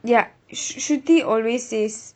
ya shruthi always says